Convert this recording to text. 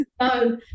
no